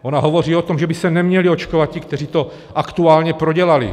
Ona hovoří o tom, že by se neměli očkovat ti, kteří to aktuálně prodělali.